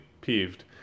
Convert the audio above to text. peeved